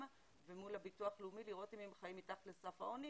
ומול הביטוח הלאומי לראות אם הם חיים מתחת לסף העוני